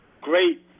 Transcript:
great